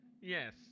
Yes